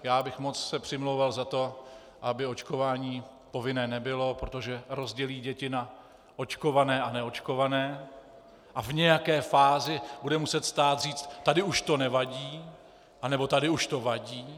Já bych se moc přimlouval za to, aby očkování povinné nebylo, protože rozdělí děti na očkované a neočkované a v nějaké fázi bude muset stát říct: Tady už to nevadí, anebo tady už to vadí.